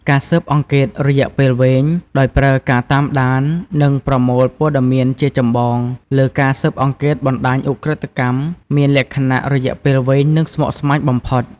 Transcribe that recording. ការស៊ើបអង្កេតរយៈពេលវែង ដោយប្រើការតាមដាន និងប្រមូលព័ត៌មានជាចម្បង លើការស៊ើបអង្កេតបណ្តាញឧក្រិដ្ឋកម្មមានលក្ខណៈ រយៈពេលវែង និងស្មុគស្មាញបំផុត។